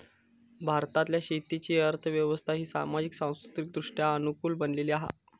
भारतातल्या शेतीची अर्थ व्यवस्था ही सामाजिक, सांस्कृतिकदृष्ट्या अनुकूल बनलेली हा